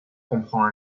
comprend